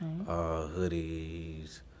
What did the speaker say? hoodies